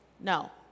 no